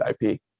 IP